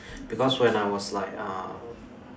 because when I was like uh